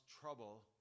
trouble